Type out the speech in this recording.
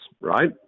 right